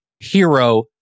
hero